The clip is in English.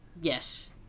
Yes